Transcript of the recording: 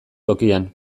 tokian